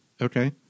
Okay